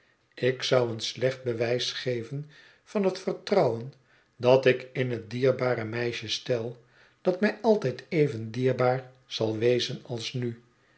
ik zou een slecht bewijs geven van het vertrouwen dat ik in het dierbare meisje stel dat mij altijd even dierbaar zal wezen als nu